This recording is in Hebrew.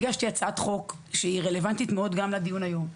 הגשתי הצעת חוק שרלוונטית מאוד גם לדיון היום,